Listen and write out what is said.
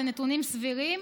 אלו נתונים סבירים.